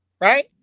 right